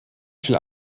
viel